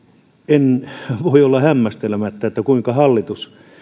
en voi olla hämmästelemättä että kuinka hallitus